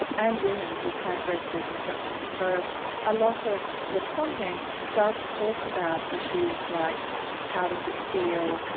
and women who've had breast reconstruction, so a lot of the content does talk about issues like how does it feel,